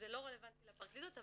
זה לא רלבנטי לפרקליטות,